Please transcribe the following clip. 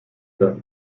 das